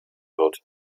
wird